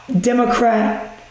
Democrat